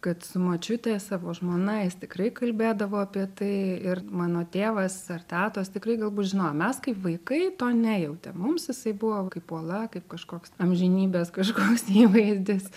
kad su močiute savo žmona jis tikrai kalbėdavo apie tai ir mano tėvas ar tetos tikrai galbūt žinojo mes kaip vaikai to nejautėm mums jisai buvo kaip uola kaip kažkoks amžinybės kažkoks įvaizdis